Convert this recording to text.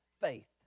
faith